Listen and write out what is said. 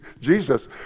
Jesus